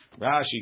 Rashi